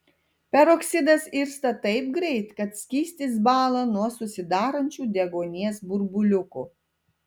peroksidas irsta taip greit kad skystis bąla nuo susidarančių deguonies burbuliukų